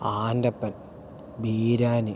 Antappan ബീരാന്